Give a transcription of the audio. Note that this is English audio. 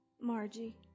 Margie